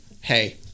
hey